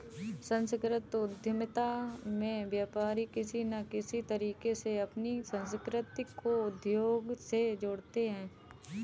सांस्कृतिक उद्यमिता में व्यापारी किसी न किसी तरीके से अपनी संस्कृति को उद्योग से जोड़ते हैं